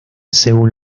según